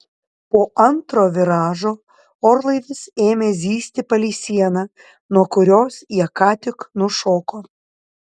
po antro viražo orlaivis ėmė zyzti palei sieną nuo kurios jie ką tik nušoko